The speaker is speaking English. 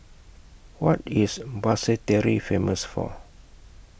What IS Basseterre Famous For